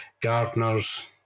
gardeners